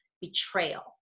betrayal